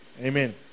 Amen